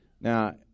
Now